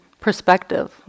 perspective